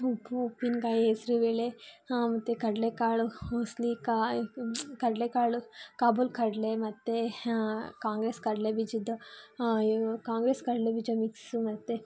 ಉಪ್ಪು ಉಪ್ಪಿನಕಾಯಿ ಹೆಸರುಬೇಳೆ ಮತ್ತು ಕಡಲೆಕಾಳು ಉಸ್ಲಿ ಕಾಯಿ ಕಡಲೆಕಾಳು ಕಾಬೂಲ್ ಕಡಲೆ ಮತ್ತು ಕಾಂಗ್ರೆಸ್ ಕಡಲೆಬೀಜದ್ದು ಇವು ಕಾಂಗ್ರೆಸ್ ಕಡಲೆಬೀಜ ಮಿಕ್ಸು ಮತ್ತು